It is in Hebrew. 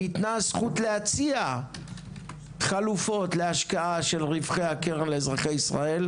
ניתנה הזכות להציע חלופות להשקעה של רווחי הקרן לאזרחי ישראל.